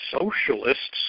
socialists